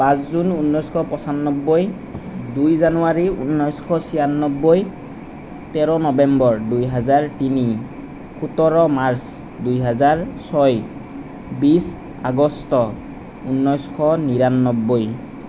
পাঁচ জুন ঊনৈছশ পঁচান্নব্বৈ দুই জানুৱাৰী ঊনৈছশ ছয়ান্নব্বৈ তেৰ নবেম্বৰ দুহেজাৰ তিনি সোতৰ মাৰ্চ দুহেজাৰ ছয় বিছ আগষ্ট ঊনৈছশ নিৰান্নব্বৈ